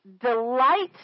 delight